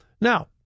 Now